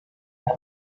per